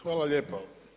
Hvala lijepa.